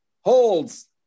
holds